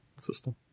system